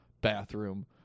bathroom